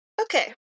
Okay